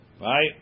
right